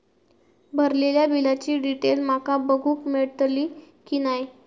भरलेल्या बिलाची डिटेल माका बघूक मेलटली की नाय?